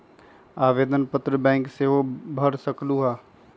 आवेदन पत्र बैंक सेहु भर सकलु ह?